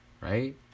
right